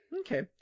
Okay